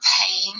pain